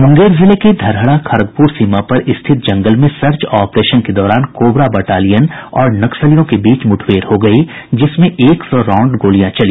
मुंगेर जिले के धरहरा खड़गपुर सीमा पर स्थित जंगल में सर्च ऑपरेशन के दौरान कोबरा बटालियन और नक्सलियों के बीच मुठभेड़ हो गयी जिसमें एक सौ राउंड गोलियां चली